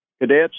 cadets